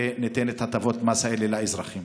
וניתן את הטבות המס האלה לאזרחים.